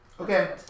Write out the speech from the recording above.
Okay